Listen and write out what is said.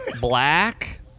Black